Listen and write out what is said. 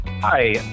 Hi